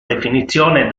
definizione